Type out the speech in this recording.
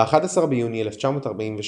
ב-11 ביוני 1943,